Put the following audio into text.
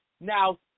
Now